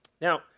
Now